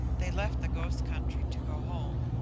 they left the ghost country to go home,